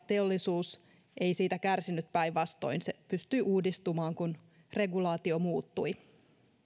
teollisuus siitä kärsinyt päinvastoin se pystyi uudistumaan kun regulaatio muuttui